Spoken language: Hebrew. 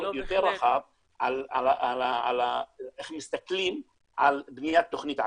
יותר רחב על איך מסתכלים על בניית תוכנית עתידית.